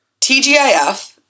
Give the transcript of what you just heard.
TGIF